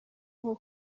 nko